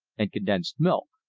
and condensed milk.